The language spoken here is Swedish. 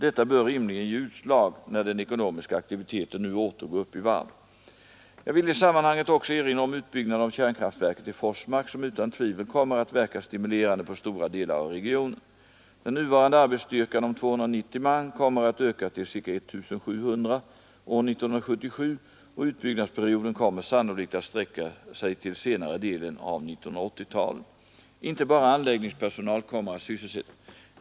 Detta bör rimligen ge utslag när den ekonomiska aktiviteten nu åter går upp i varv. Jag vill i sammanhanget också erinra om utbyggnaden av kärnkraftverket i Forsmark som utan tvivel kommer att verka stimulerande på stora delar av regionen. Den nuvarande arbetsstyrkan om 290 man kommer att öka till ca 1 700 man år 1977, och utbyggnadsperioden kommer sannolikt att sträcka sig till senare delen av 1980-talet. Inte bara anläggningspersonal kommer att sysselsättas.